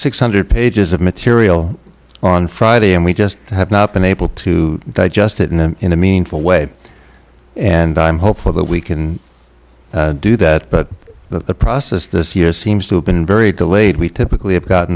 six hundred pages of material on friday and we just have not been able to digest it in them in a meaningful way and i'm hopeful that we can do that but the process this year seems to have been very delayed we typically have gotten